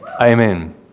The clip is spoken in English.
Amen